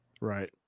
Right